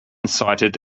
cited